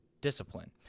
discipline